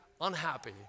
unhappy